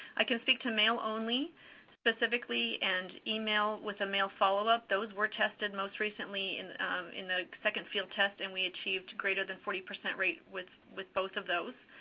i can speak to mail only specifically and email with a mail follow up. those were tested most recently in in the second field test. and we achieved greater than forty percent rate with with both of those.